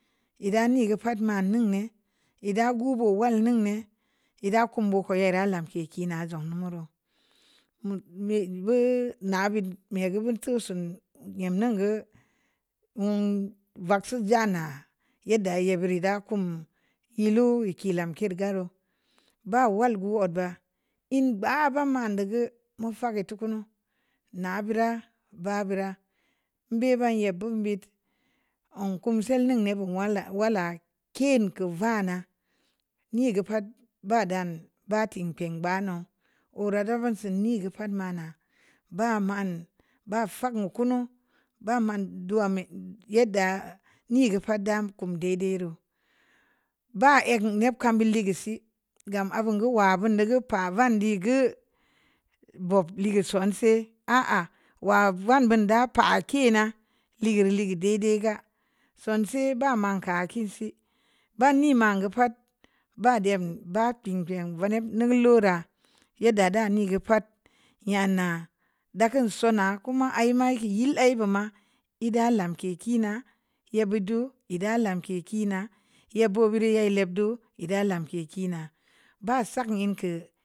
Ee da nii gə pa'at manuŋ ne’ e'e gubu wal nuŋ ne’ e'e’ da kum ba’ koi rə lanke’ na zəm numu reu na bit mee’ gə bunto'o’ so'on nyem nuŋ gə vaksio jana'a yedda ye burii da kum yee’ luo’ kii lamke’ gə reu ba wal gii odd ba ln ba'a ba man du gə mu fa'ak gə tukunu na bura ba bura mbe’ ba ye'b bun bit oo kumə salnin neh wala wa'ala kin ku vana'a nii gə pa'at ba dan ba tampeə ba no'o’ o'ra da buni sunii gə pa'at mana'a ba manŋ ba fa'ak gə kunu ba man du'a meh yedda nii gə pa'at kam deidei reu ba'ek ne'p kan bule'e’ gə sii gam aa bun gə wa bundu gə pa vandii gə boob le'e’ gə sonse’ ahh ahh wa vandu da pa kii na le'gəl legəl de'de’ gə sonse’ bama kan kii sii ba nneŋ manŋ gə pa'at ba dem ba piin den vaneb nu gullu rə yedda dani gə pa'at ye'n na'a da kən sonna kuma ii ma kii ye'l a buma ‘ee da lanke’ kii na ye’ bu du e’ da lanke’ kii na yabu bure'a’ le'e'p du e’ da lanke’ kii na ba sak ən kə.